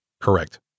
Correct